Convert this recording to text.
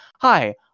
hi